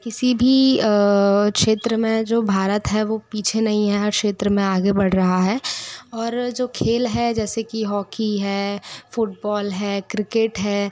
किसी भी क्षेत्र में जो भारत है वो पीछे नही है हर क्षेत्र में आगे बढ़ रहा है और जो खेल है जैसे कि हाॅकी है फुटबॉल है क्रिकेट है